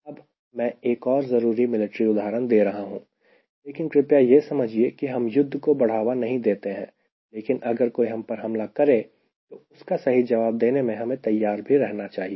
अब मैं एक और जरूरी मिलिट्री उदाहरण दे रहा हूं लेकिन कृपया यह समझिए कि हम युद्ध को बढ़ावा नहीं देते हैं लेकिन अगर कोई हम पर हमला करें तो उसका सही जवाब देने में हमें तैयार भी रहना चाहिए